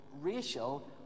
racial